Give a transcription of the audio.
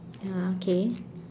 ya okay